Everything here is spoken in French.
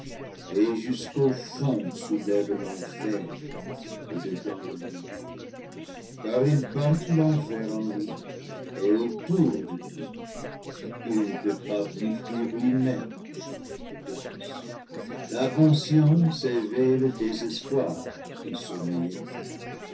et jusqu'au fond soulèvent l'enfer au dedans de lui car il porte l'enfer en lui et autour de lui il ne peut pas plus fuir lui-même en changeant de place la conscience éveille le désespoir qui sommeillait